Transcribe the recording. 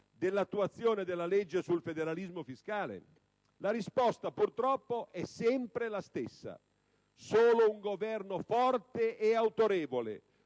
dell'attuazione della legge sul federalismo fiscale? La risposta purtroppo è sempre la stessa. Solo un Governo forte e autorevole,